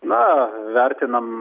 na vertinam